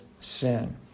sin